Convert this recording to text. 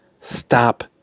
Stop